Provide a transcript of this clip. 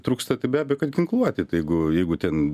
trūksta tai be abejo kad ginkluotė tai jeigu jeigu ten